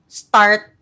start